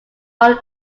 own